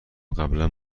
قبلا